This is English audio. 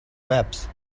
maps